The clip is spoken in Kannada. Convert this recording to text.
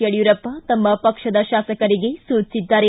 ಯಡ್ಯೂರಪ್ಪ ತಮ್ಮ ಪಕ್ಷದ ಶಾಸಕರಿಗೆ ಸೂಚಿಸಿದ್ದಾರೆ